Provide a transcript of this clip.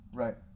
right